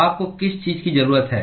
आपको किस चीज़ की जरूरत है